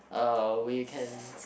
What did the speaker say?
uh we can